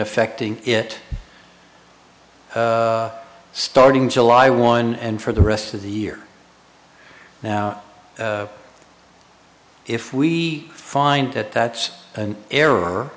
affecting it starting july one and for the rest of the year now if we find that that's an error